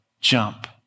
jump